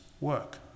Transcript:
work